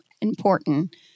important